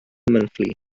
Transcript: monthly